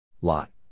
Lot